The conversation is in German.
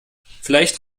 vielleicht